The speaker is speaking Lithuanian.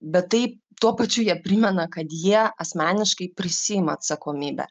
bet tai tuo pačiu jie primena kad jie asmeniškai prisiima atsakomybę